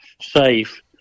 safe